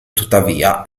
tuttavia